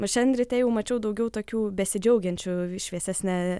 o šiandien ryte jau mačiau daugiau tokių besidžiaugiančių šviesesne